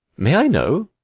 may i know?